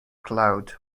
cloud